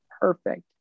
perfect